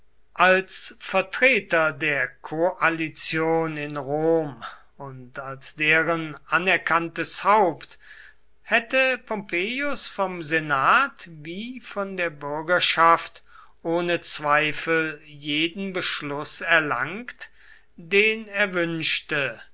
als vertreter der koalition in rom und als deren anerkanntes haupt hätte pompeius vom senat wie von der bürgerschaft ohne zweifel jeden beschluß erlangt den er wünschte